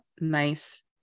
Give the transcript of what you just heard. nice